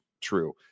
true